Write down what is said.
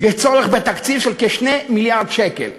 יש צורך בתקציב של כ-2 מיליארד שקל.